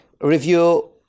review